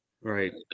right